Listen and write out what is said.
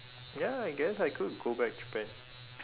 ya I guess I could go back japan